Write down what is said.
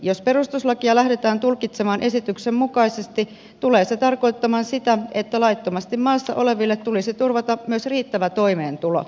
jos perustuslakia lähdetään tulkitsemaan esityksen mukaisesti tulee se tarkoittamaan sitä että laittomasti maassa oleville tulisi turvata myös riittävä toimeentulo